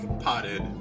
potted